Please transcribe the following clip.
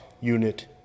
Unit